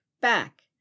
back